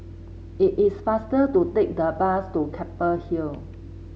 it is faster to take the bus to Keppel Hill